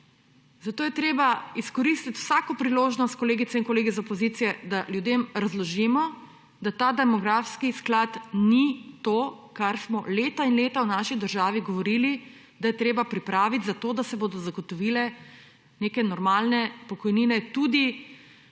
Zato je treba izkoristiti vsako priložnost, kolegice in kolegi iz opozicije, da ljudem razložimo, da ta demografski sklad ni to, kar smo leta in leta v naši državi govorili, da je treba pripraviti, zato da se bodo zagotovile neke normalne pokojnine tudi nam,